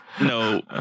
no